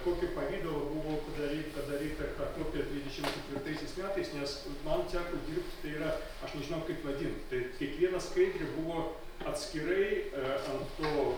kokiu pavidalu buvo padary padaryta ta kopija trisdešim ketvirtaisiais metais nes man teko dirbt tai yra aš nežinau kaip vadint tai kiekviena skaidrė buvo atskirai ant to